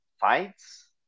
fights